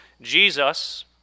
Jesus